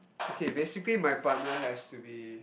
okay basically my partner has to be